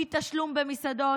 מתשלום במסעדות,